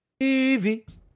TV